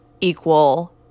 equal